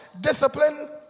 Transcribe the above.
discipline